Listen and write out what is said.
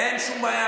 אין שום בעיה.